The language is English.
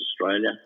Australia